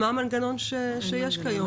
מה המנגנון שיש היום?